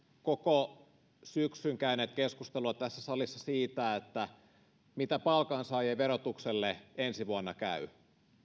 koko syksyn käyneet keskustelua tässä salissa siitä mitä palkansaajien verotukselle ensi vuonna käy